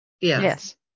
Yes